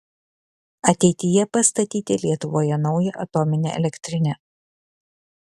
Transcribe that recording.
ateityje pastatyti lietuvoje naują atominę elektrinę